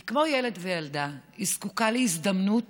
היא כמו ילד וילדה, היא זקוקה להזדמנות